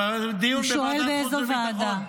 הוא שואל באיזה ועדה.